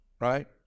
right